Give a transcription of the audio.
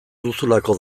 duzulako